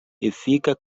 efika